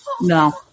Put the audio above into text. No